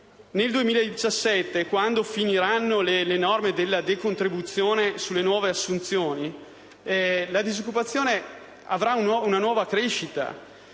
nel 2017, quando finiranno le norme sulla decontribuzione sulle nuove assunzioni, la disoccupazione avrà una nuova crescita.